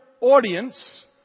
audience